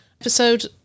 episode